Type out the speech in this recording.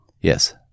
Yes